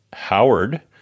Howard